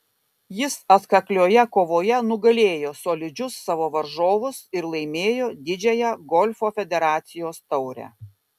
jis atkaklioje kovoje nugalėjo solidžius savo varžovus ir laimėjo didžiąją golfo federacijos taurę